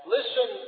Listen